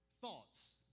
thoughts